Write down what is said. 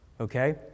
Okay